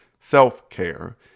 self-care